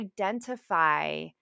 identify